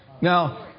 Now